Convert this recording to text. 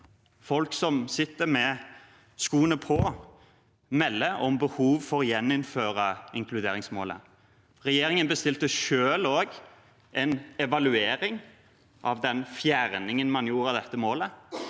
folk som har skoene på, melder om behov for å gjeninnføre inkluderingsmålet. Regjeringen bestilte selv også en evaluering av den fjerningen man gjorde av dette målet,